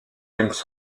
james